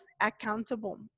accountable